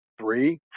three